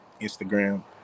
Instagram